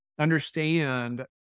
understand